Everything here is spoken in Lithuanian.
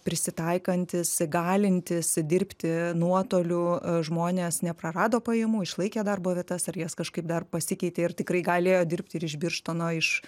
prisitaikantys galintys dirbti nuotoliu žmonės neprarado pajamų išlaikė darbo vietas ar jas kažkaip dar pasikeitė ir tikrai galėjo dirbt ir iš birštono iš